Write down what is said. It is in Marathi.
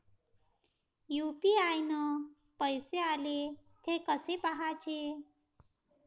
यू.पी.आय न पैसे आले, थे कसे पाहाचे?